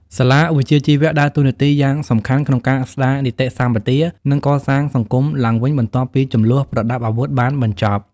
សាលាវិជ្ជាជីវៈដើរតួនាទីយ៉ាងសំខាន់ក្នុងការស្តារនីតិសម្បទា និងកសាងសង្គមឡើងវិញបន្ទាប់ពីជម្លោះប្រដាប់អាវុធបានបញ្ចប់។